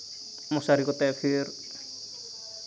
ᱢᱚᱥᱟᱨᱤ ᱠᱚᱛᱮ ᱯᱷᱤᱨ